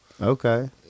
Okay